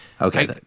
Okay